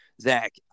Zach